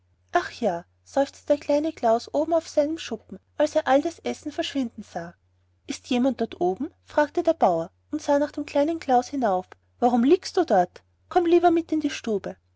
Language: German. ach ja seufzte der kleine klaus oben auf seinem schuppen als er all das essen verschwinden sah ist jemand dort oben fragte der bauer und sah nach dem kleinen klaus hinauf warum liegst du dort komm lieber mit in die stube